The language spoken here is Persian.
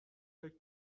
فکر